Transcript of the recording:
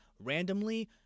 randomly